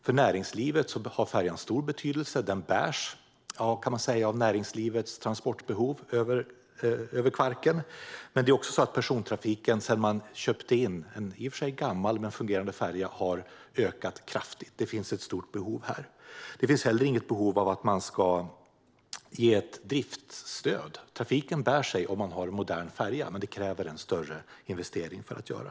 För näringslivet har färjan stor betydelse; man kan säga att den bärs av näringslivets behov av transporter över Kvarken. Det är också så att persontrafiken har ökat kraftigt sedan man köpte in en gammal men fungerande färja. Det finns ett stort behov här. Det finns dock inget behov av att det ges ett driftsstöd, utan trafiken bär sig om man har en modern färja. Det kräver dock en större investering.